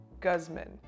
Guzman